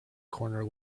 corner